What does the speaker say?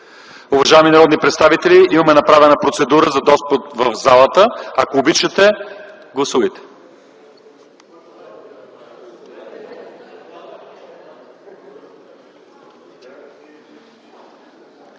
Уважаеми народни представители, имаме направена процедура за достъп в залата. Ако обичате, гласувайте.